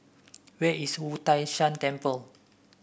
where is Wu Tai Shan Temple